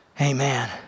amen